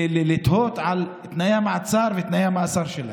לתהות על תנאי המעצר ותנאי המאסר שלהם.